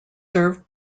served